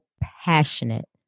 passionate